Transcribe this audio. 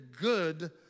good